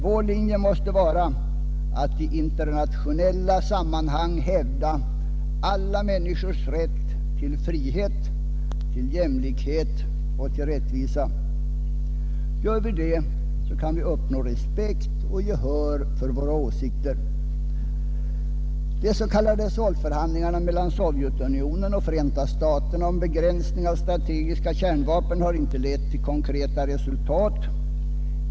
Vår linje måste vara att i internationella sammanhang hävda alla människors rätt till frihet, till jämlikhet och till rättvisa. Gör vi det, kan vi uppnå respekt och gehör för våra åsikter. De s.k. SALT-förhandlingarna mellan Sovjetunionen och Förenta staterna om begränsning av strategiska kärnvapen har inte lett till konkreta resultat.